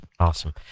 awesome